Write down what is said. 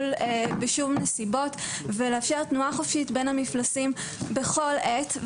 בשום נסיבות ולאפשר תנועה חופשית בין המפלסים בכל עת.